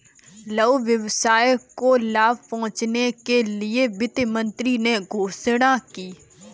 लघु व्यवसाय को लाभ पहुँचने के लिए वित्त मंत्री ने घोषणा की